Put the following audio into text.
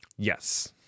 Yes